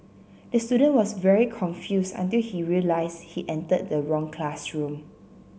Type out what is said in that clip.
the student was very confused until he realised he entered the wrong classroom